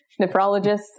nephrologists